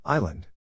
Island